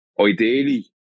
ideally